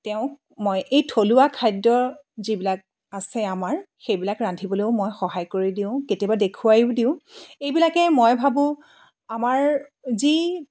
তেওঁক মই এই থলুৱা খাদ্য যিবিলাক আছে আমাৰ সেইবিলাক ৰান্ধিবলৈও মই সহায় কৰি দিওঁ কেতিয়াবা দেখুৱাইও দিওঁ এইবিলাকে মই ভাবোঁ আমাৰ যি